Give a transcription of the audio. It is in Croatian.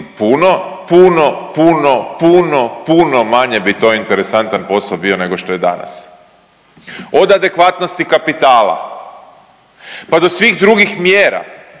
to dogodi puno, puno, puno, puno manje bi to interesantan posao bio nego što je danas od adekvatnosti kapitala, pa do svih drugih mjera